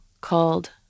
called